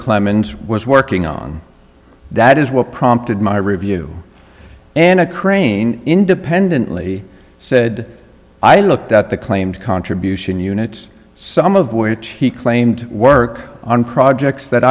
clements was working on that is what prompted my review and a crane independently said i looked at the claimed contribution units some of which he claimed work on projects that